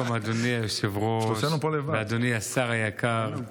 שוב פעם, אדוני היושב-ראש ואדוני השר היקר,